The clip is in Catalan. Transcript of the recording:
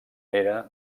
era